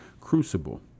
crucible